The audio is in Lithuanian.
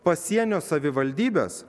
pasienio savivaldybės